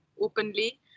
openly